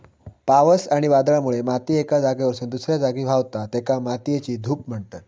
पावस आणि वादळामुळे माती एका जागेवरसून दुसऱ्या जागी व्हावता, तेका मातयेची धूप म्हणतत